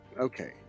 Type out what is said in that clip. Okay